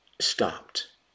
stopped